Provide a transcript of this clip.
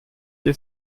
die